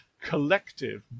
collective